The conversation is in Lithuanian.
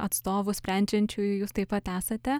atstovų sprendžiančiųjų jūs taip pat esate